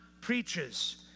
preaches